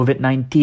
COVID-19